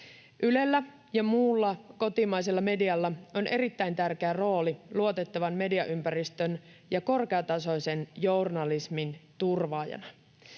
Ylellä ja muulla kotimaisella medialla on erittäin tärkeä rooli luotettavan mediaympäristön ja korkeatasoisen journalismin turvaajana.